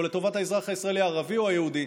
לטובת האזרח הישראלי הערבי או היהודי.